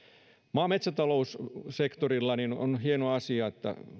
maa ja metsätaloussektorilla on on hieno asia että